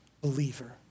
believer